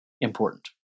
important